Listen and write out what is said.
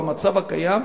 במצב הקיים,